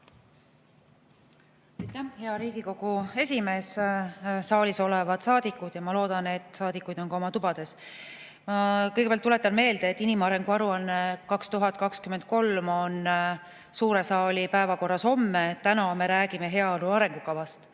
Hea Riigikogu esimees! Saalis olevad saadikud! Ma loodan, et saadikuid on ka oma tubades. Kõigepealt tuletan meelde, et inimarengu 2023. aasta aruanne on suure saali päevakorras homme. Täna me räägime heaolu arengukavast.